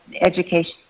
education